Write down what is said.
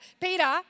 Peter